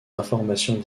informations